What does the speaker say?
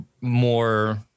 more